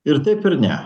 ir taip ir ne